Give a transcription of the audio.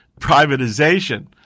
privatization